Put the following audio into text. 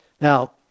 Now